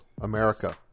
America